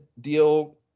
deal